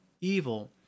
evil